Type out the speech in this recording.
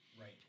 Right